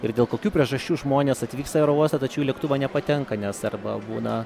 ir dėl kokių priežasčių žmonės atvyksta į aerouostą tačiau į lėktuvą nepatenka nes arba būna